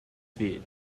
feet